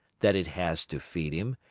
that it has to feed him,